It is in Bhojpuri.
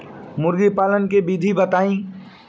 मुर्गी पालन के विधि बताई?